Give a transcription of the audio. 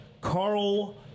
Carl